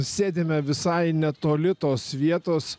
sėdime visai netoli tos vietos